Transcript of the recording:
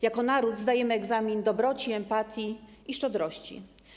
Jako naród zdajemy egzamin z dobroci, empatii i szczodrości.